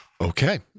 Okay